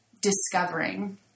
discovering